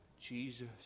Jesus